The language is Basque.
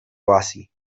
oasi